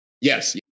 Yes